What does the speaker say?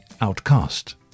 outcast